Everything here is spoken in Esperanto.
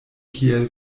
kiel